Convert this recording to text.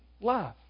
love